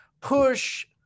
push